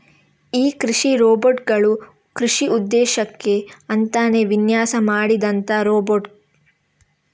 ಈ ಕೃಷಿ ರೋಬೋಟ್ ಗಳು ಕೃಷಿ ಉದ್ದೇಶಕ್ಕೆ ಅಂತಾನೇ ವಿನ್ಯಾಸ ಮಾಡಿದಂತ ರೋಬೋಟ್